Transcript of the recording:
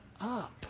up